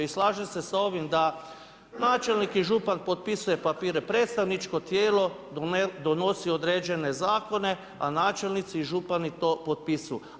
I slažem se s ovim da načelnik i župan potpisuju papire, predstavničko tijelo donosi određene zakone, a načelnici i župani to potpisuju.